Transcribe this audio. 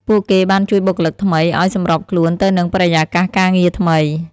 ពួកគេបានជួយបុគ្គលិកថ្មីឱ្យសម្របខ្លួនទៅនឹងបរិយាកាសការងារថ្មី។